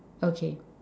okay